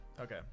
Okay